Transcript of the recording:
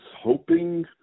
hoping